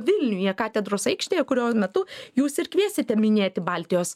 vilniuje katedros aikštėje kurio metu jūs ir kviesite minėti baltijos